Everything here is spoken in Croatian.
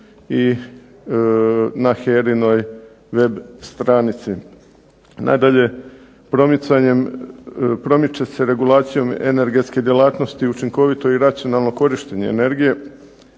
i na HERA-inoj web stranici. Nadalje promicanjem, promiče se regulacijom energetske djelatnosti učinkovito i racionalno korištenje energije